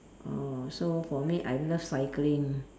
oh so for me I love cycling